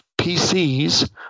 PCs